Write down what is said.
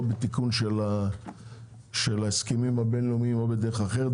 או בתיקון של ההסכמים הבין-לאומיים או בדרך אחרת.